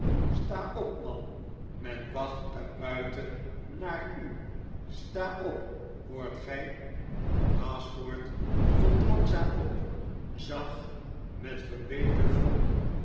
sta op man men wacht daar buiten naar u sta op hoort gij gashford stond langzaam op zag met verbeten wrok